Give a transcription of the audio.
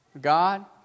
God